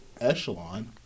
echelon